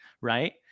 right